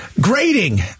Grading